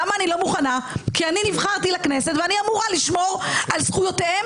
אני לא מוכנה כי אני נבחרתי לכנסת ואני אמורה לשמור על זכויותיהם